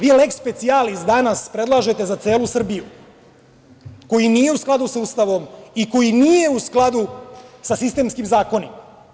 Vi leks specijalis danas predlažete za celu Srbiju, koji nije u skladu sa Ustavom i koji nije u skladu sa sistemskim zakonima.